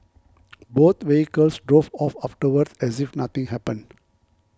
both vehicles drove off afterwards as if nothing happened